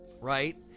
Right